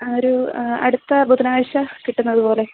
ഒരു അടുത്ത ബുധനാഴ്ച കിട്ടുന്നതു പോലെ